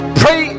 pray